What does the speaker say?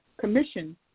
commission